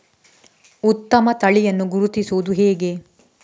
ಉತ್ತಮ ತಳಿಯನ್ನು ಗುರುತಿಸುವುದು ಹೇಗೆ?